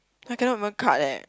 I cannot even cut leh